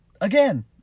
Again